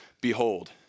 behold